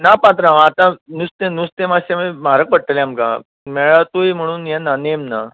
ना पात्रांव आतां नुस्तें नुस्तें मात्शें म्हारग पडटले आमकां मेळातूय म्हणून हें ना नेम ना